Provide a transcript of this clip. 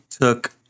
took